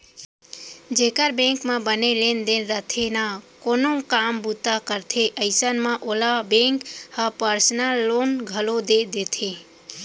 जेकर बेंक म बने लेन देन रइथे ना कोनो काम बूता करथे अइसन म ओला बेंक ह पर्सनल लोन घलौ दे देथे